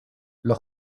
los